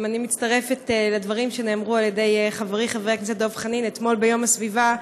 גם אני מצטרפת לדברים שאמר חברי חבר הכנסת דב חנין אתמול ביום הסביבה.